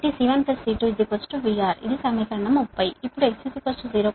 కాబట్టి C1 C2 VR ఇది సమీకరణం 30